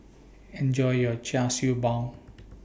Enjoy your Char Siew Bao